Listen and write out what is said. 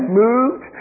moved